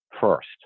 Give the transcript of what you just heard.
first